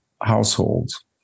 households